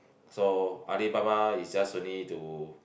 so Alibaba is just only to